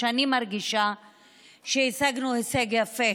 אני מרגישה שהשגנו הישג יפה